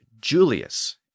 Julius